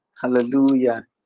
Hallelujah